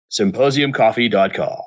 Symposiumcoffee.com